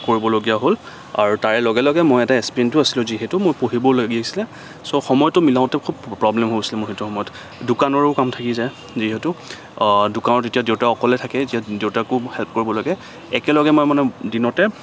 কৰিবলগীয়া হ'ল আৰু তাৰ লগে লগে মই এটা এস্পিৰেন্টো আছিলোঁ যিহেতু মোৰ পঢ়িবও লাগি আছিলে ছ' সময়তো মিলাওঁতে মোৰ খুব প্ৰব্লেম হৈ গৈছিলে মোৰ সেইটো সময়ত দোকানৰো কাম থাকি যায় যিহেতু দোকানত এতিয়া দেউতা অকলে থাকে দেউতাকো হেল্প কৰিব লাগে একেলগে মই মানে দিনতে